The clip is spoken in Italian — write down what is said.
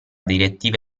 direttiva